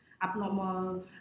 Abnormal